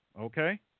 Okay